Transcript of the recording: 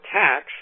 tax